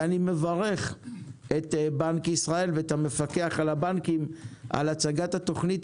ואני מברך את בנק ישראל ואת המפקח על הבנקים על הצגת התוכנית